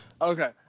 Okay